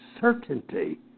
certainty